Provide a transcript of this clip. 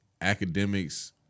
academics